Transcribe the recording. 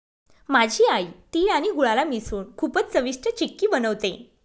माझी आई तिळ आणि गुळाला मिसळून खूपच चविष्ट चिक्की बनवते